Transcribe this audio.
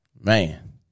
Man